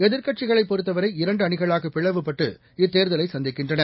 எதிர்க்கட்சிகளைபொறுத்தவரை இரண்டுஅணிகளாகபிளவுபட்டு இத்தேர்தலைசந்திக்கின்றன